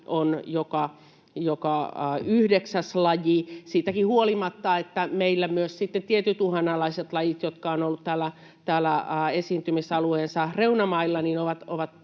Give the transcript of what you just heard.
on joka yhdeksäs laji siitäkin huolimatta, että meillä myös tiettyjen uhanalaisten lajien, jotka ovat olleet täällä esiintymisalueensa reunamailla,